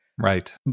Right